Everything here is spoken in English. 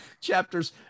chapters